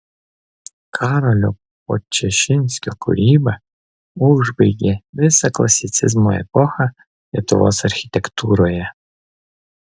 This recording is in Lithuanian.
karolio podčašinskio kūryba užbaigė visą klasicizmo epochą lietuvos architektūroje